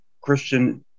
Christian